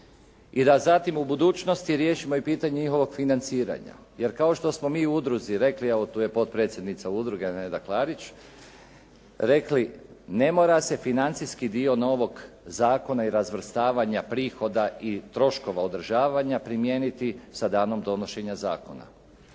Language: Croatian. I da zatim u budućnosti riješimo i pitanje njihovog financiranja. Jer kao što smo mi u udruzi rekli, evo tu je potpredsjednica udruge Neda Klarić, rekli ne mora se financijski dio novog zakona i razvrstavanja prihoda i troškova održavanja primijeniti sa danom donošenja zakona.